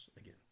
Again